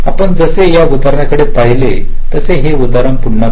आपण जसे या उदाहरणाकडे पहाल तसे हे उदाहरण पुन्हा पहा